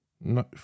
No